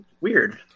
Weird